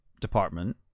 department